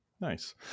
Nice